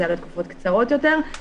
זה היה לתקופות קצרות יותר.